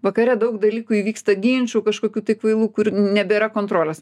vakare daug dalykų įvyksta ginčų kažkokių tai kvailų kur nebėra kontrolės